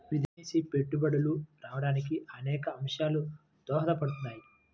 విదేశీ పెట్టుబడులు రావడానికి అనేక అంశాలు దోహదపడుతుంటాయి